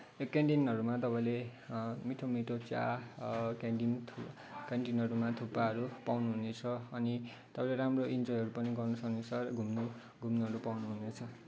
यो क्यान्टिनहरूमा तपाईँले मिठो मिठो चिया क्यान्टिन क्यान्टिनहरूमा थुक्पाहरू पाउनुहुनेछ अनि तपाईँले राम्रो इन्जोइहरू पनि गर्न सक्नुहुनेछ र घुम्न घुम्नहरू पाउनुहुनेछ